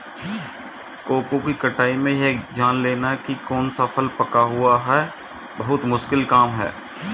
cocoa की कटाई में यह जान लेना की कौन सा फल पका हुआ है बहुत मुश्किल काम है